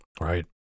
right